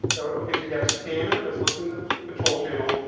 ok, so you had a scanner that's listening to the control channel,